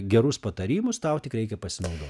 gerus patarimus tau tik reikia pasinaudot